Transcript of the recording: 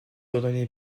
ordonné